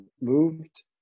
moved